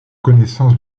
connaissance